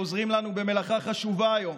במלאכה החשובה היום.